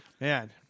Man